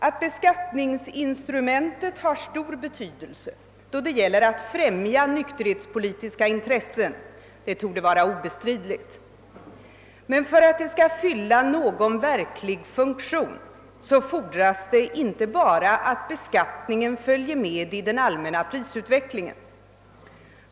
Att beskattningsinstrumentet har stor betydelse då det gäller att främja nykterhetspolitiska intressen torde vara obestridligt. Men för att beskattningen skall fylla någon verklig funktion fordras det inte bara att den följer med i den allmänna prisutvecklingen.